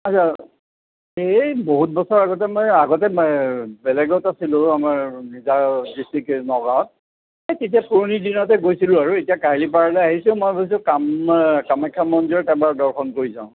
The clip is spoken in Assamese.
এই বহুত বছৰ আগতে মই আগতে বেলেগত আছিলো আমাৰ নিজা ডিষ্ট্ৰিক নগাঁৱত তেতিয়া পুৰণি দিনতে গৈছিলোঁ আৰু এতিয়া কাহিলীপাৰালৈ আহিছোঁ মই ভাবিছোঁ কামাখ্যা মন্দিৰত এবাৰ দৰ্শন কৰি যাওঁ